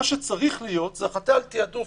מה שצריך להיות זה החלטה על תעדוף